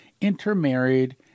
intermarried